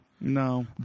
No